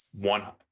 one